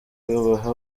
babaha